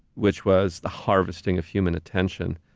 which was the harvesting of human attention,